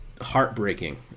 heartbreaking